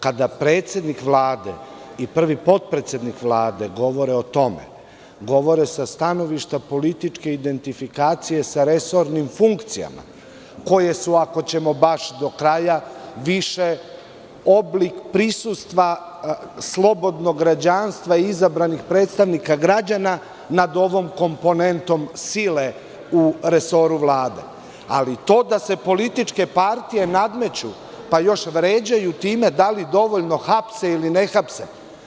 Kada predsednik Vlade i prvi potpredsednik Vlade govore o tome, govore sa stanovišta političke identifikacije sa resornim funkcijama, koje su, ako ćemo baš do kraja, više oblik prisustva slobodnog građanstva i izabranih predstavnika građana nad ovom komponentom sile u resoru Vlade, ali to da se političke partije nadmeću, pa još vređaju time da li dovoljno hapse ili ne hapse.